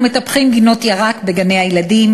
אנחנו מטפחים גינות ירק בגני-ילדים.